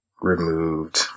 removed